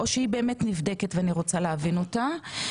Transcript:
או שהיא באמת נבדקת ואני רוצה להבין אותה.